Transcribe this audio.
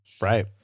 Right